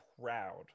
proud